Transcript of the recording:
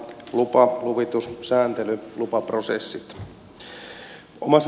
lupa luvitus sääntely lupaprosessit